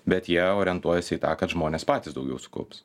bet jie orientuojasi į tą kad žmonės patys daugiau sukaups